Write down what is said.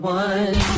one